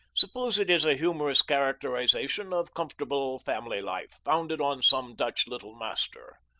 suppose it is a humorous characterization of comfortable family life, founded on some dutch little master.